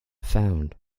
found